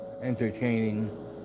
entertaining